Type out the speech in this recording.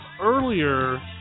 earlier